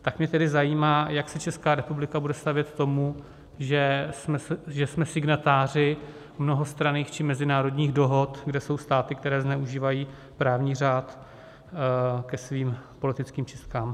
Tak mě tedy zajímá, jak se Česká republika bude stavět k tomu, že jsme signatáři mnohostranných či mezinárodních dohod, kde jsou státy, které zneužívají právní řád ke svým politickým čistkám.